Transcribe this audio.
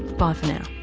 bye for now